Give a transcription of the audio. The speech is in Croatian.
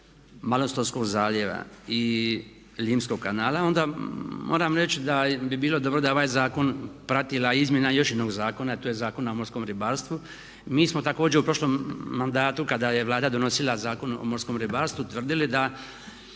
Malostonskog zaljeva i Limskog kanala onda moram reći da bi bilo dobro da je ovaj zakon pratila izmjena još jednog zakona, to je Zakon o morskom ribarstvu. Mi smo također u prošlom mandatu kada je Vlada donosila Zakon o morskom ribarstvu tvrdili da